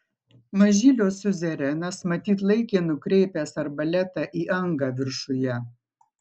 mažylio siuzerenas matyt laikė nukreipęs arbaletą į angą viršuje